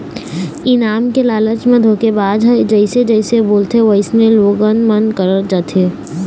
इनाम के लालच म धोखेबाज ह जइसे जइसे बोलथे वइसने लोगन मन करत जाथे